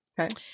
Okay